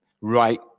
right